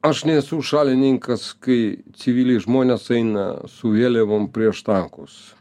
aš nesu šalininkas kai civiliai žmonės eina su vėliavom prieš tankus